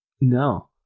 No